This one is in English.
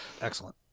Excellent